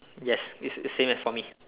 yes it's it's same as for me